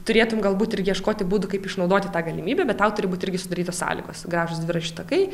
turėtum galbūt ir ieškoti būdų kaip išnaudoti tą galimybę bet tau turi būt irgi sudarytos sąlygos gražūs dviračių takai